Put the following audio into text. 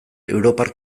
europar